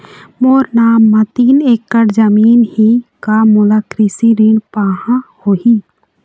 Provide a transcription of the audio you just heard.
मोर नाम म तीन एकड़ जमीन ही का मोला कृषि ऋण पाहां होही?